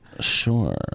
Sure